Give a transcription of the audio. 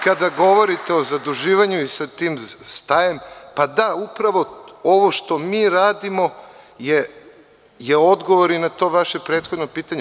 Kada govorite o zaduživanju i sa tim stajem, pa da, upravo ovo što mi radimo je odgovor i na to vaše prethodno pitanje.